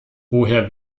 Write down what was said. woher